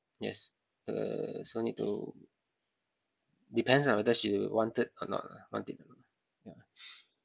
yes uh so need to depends ah whether she wanted or not want it ya